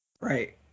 Right